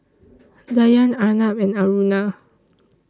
Dhyan Arnab and Aruna